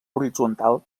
horitzontal